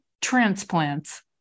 transplants